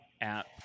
app